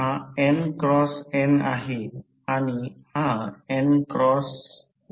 तर रोहीत्रचे कार्य अधिक चांगले करणे हे थोड्या व्होल्टेज नियमन करण्याने शक्य होते